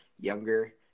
younger